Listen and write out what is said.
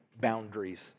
Boundaries